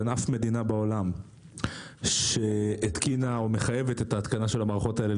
אין אף מדינה בעולם שמחייבת את ההתקנה של המערכות הללו,